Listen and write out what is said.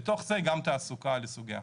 בתוך זה גם תעסוקה לסוגיה.